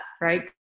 right